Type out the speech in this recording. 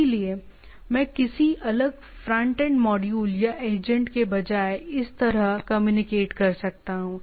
इसलिए मैं किसी अलग फ्रंट एंड मॉड्यूल या एजेंट के बजाय इस तरह कम्युनिकेट कर सकता हूं